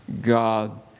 God